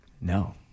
no